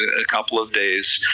a couple of days,